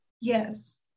Yes